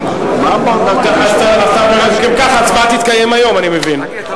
אז אם ככה, ההצבעה תתקיים היום, אני מבין.